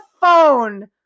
phone